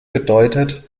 gedeutet